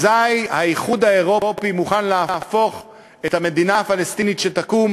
אזי האיחוד האירופי מוכן להפוך את המדינה הפלסטינית שתקום